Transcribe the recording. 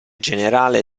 generale